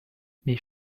mes